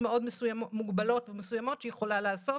מאוד מוגבלות ומסוימות שהיא יכולה לעשות,